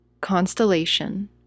constellation